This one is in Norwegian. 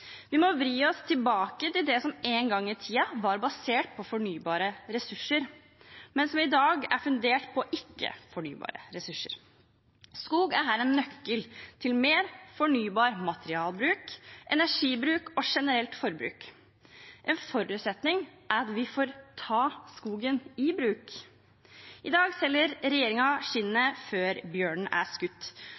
Vi må vri oss tilbake til det som en gang i tiden var basert på fornybare ressurser, men som i dag er fundert på ikke-fornybare ressurser. Skog er her en nøkkel til mer fornybar materialbruk, energibruk og generelt forbruk. En forutsetning er at vi får ta skogen i bruk. I dag selger regjeringen skinnet før bjørnen er skutt.